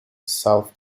south